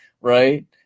right